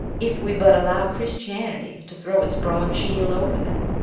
if we but allow christianity to throw its broad shield over them.